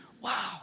Wow